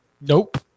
Nope